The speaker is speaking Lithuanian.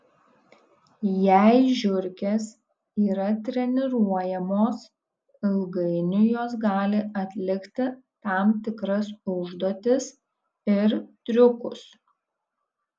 jei žiurkės yra treniruojamos ilgainiui jos gali atlikti tam tikras užduotis ir triukus